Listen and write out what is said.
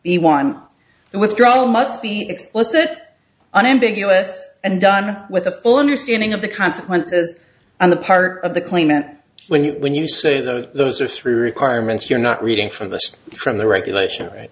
the one withdrawal must be explicit unambiguous and done with a full understanding of the consequences on the part of the claimant when you when you say those are three requirements you're not reading from the from the regulation